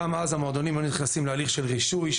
גם אז המועדונים היו נכנסים להליך של רישוי,